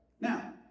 now